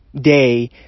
day